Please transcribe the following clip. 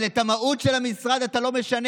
אבל את המהות של המשרד אתה לא משנה.